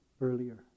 earlier